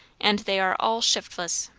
and they are all shiftless.